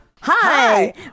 Hi